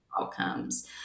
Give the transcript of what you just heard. outcomes